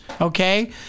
okay